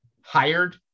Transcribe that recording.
hired